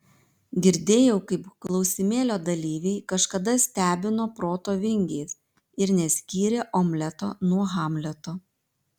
girdėjau kaip klausimėlio dalyviai kažkada stebino proto vingiais ir neskyrė omleto nuo hamleto